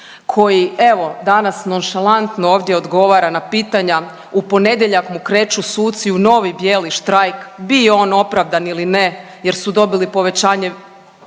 koji evo danas nonšalantno ovdje odgovara na pitanja, u ponedjeljak mu kreću suci u novi bijeli štrajk, bio on opravdan ili ne, jer su dobili povećanje